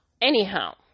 anyhow